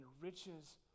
riches